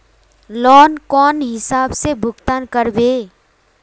Loan कौन हिसाब से भुगतान करबे?